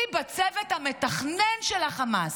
היא בצוות המתכנן של החמאס.